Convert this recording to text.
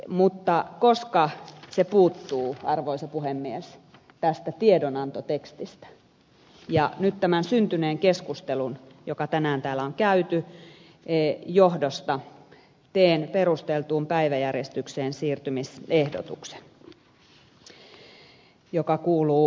mutta koska se puuttuu arvoisa puhemies tästä tiedonantotekstistä niin nyt tämän syntyneen keskustelun joka tänään täällä on käyty johdosta teen ehdotuksen perustelluksi päiväjärjestykseen siirtymiseksi joka kuuluu